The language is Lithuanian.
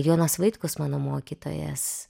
jonas vaitkus mano mokytojas